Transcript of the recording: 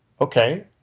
okay